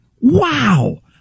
Wow